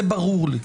זה ברור לי.